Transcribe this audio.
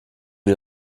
wir